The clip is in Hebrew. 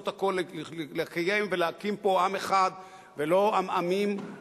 הכול לקיים ולהקים פה עם אחד ולא עמעמים,